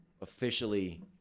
officially